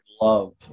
love